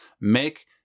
make